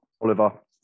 Oliver